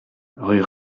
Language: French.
rue